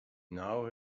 now